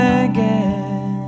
again